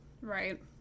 right